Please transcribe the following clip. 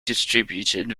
distributed